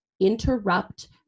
interrupt